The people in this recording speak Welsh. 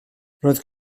roedd